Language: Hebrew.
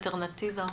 אלטרנטיבה.